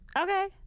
Okay